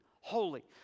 holy